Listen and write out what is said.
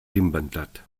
inventat